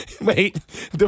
Wait